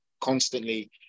constantly